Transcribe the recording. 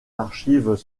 archives